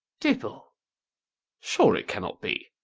dibble sure it cannot be!